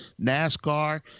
NASCAR